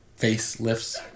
facelifts